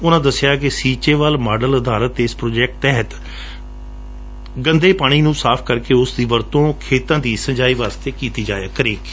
ਉਨੂਾਂ ਦੱਸਿਆ ਕਿ ਸੀਚੇਵਾਲ ਮਾਡਲ ਆਧਾਰਤ ਇਸ ਪ੍ਰੋਜੈਕਟ ਤਹਿਤ ਜ਼ਰੀਏ ਗੰਦੇ ਪਾਣੀ ਨੂੰ ਸਾਫ਼ ਕਰ ਕੇ ਉਸ ਦੀ ਵਰਤੋਂ ਖੇਤਾਂ ਦੀ ਸਿੰਚਾਈ ਲਈ ਕੀਤੀ ਜਾਂਦੀ ਐ